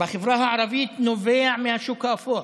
בחברה הערבית נובע מהשוק האפור,